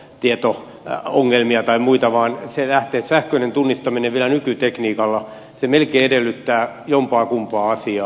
näitä luottotieto ongelmia tai muita vaan se lähti siitä että sähköinen tunnistaminen vielä nykytekniikalla melkein edellyttää jompaakumpaa asiaa